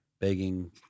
begging